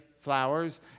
flowers